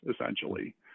essentially